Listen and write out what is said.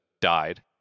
died